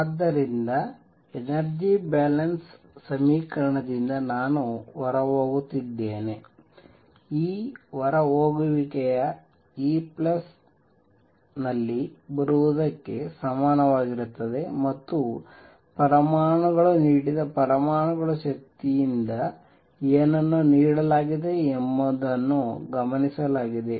ಆದ್ದರಿಂದ energy balance ಸಮೀಕರಣದಿಂದ ನಾನು ಹೊರ ಹೋಗುತ್ತಿದ್ದೇನೆ E ಹೊರಹೋಗುವಿಕೆಯು E ಪ್ಲಸ್ ನಲ್ಲಿ ಬರುತ್ತಿರುವುದಕ್ಕೆ ಸಮನಾಗಿರುತ್ತದೆ ಮತ್ತು ಪರಮಾಣುಗಳು ನೀಡಿದ ಪರಮಾಣುಗಳ ಶಕ್ತಿಯಿಂದ ಏನನ್ನು ನೀಡಲಾಗಿದೆ ಎಂಬುದನ್ನು ಗಮನಿಸಲಾಗಿದೆ